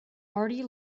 already